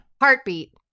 Heartbeat